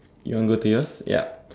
you want go to yours yep